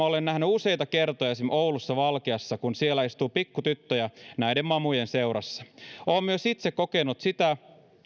olen nähny useita kertoja esimerkiksi oulussa valkeassa kun siellä istuu pikkutyttöjä näiden mamujen seurassa oon myös itse kokenut sitä